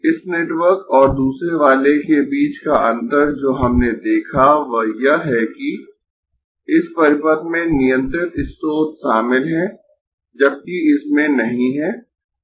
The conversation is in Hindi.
इस नेटवर्क और दूसरे वाले के बीच का अंतर जो हमने देखा वह यह है कि इस परिपथ में नियंत्रित स्रोत शामिल है जबकि इसमें नहीं है